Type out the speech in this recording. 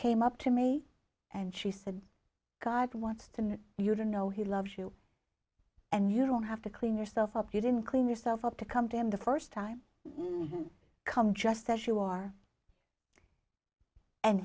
came up to me and she said god wants to know you to know he loves you and you don't have to clean yourself up you didn't clean yourself up to come to him the first time come just as you are and